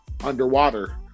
underwater